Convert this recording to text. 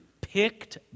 picked